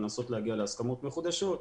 לנסות להגיע להסכמות מחודשות,